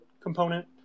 component